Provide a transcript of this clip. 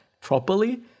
properly